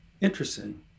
Interesting